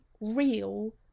real